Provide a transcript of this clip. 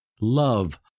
Love